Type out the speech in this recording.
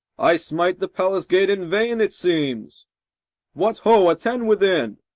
i smite the palace gate in vain, it seems what ho, attend within